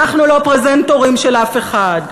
אנחנו לא פרזנטורים של אף אחד,